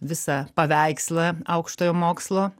visą paveikslą aukštojo mokslo